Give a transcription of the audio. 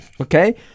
Okay